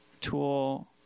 tool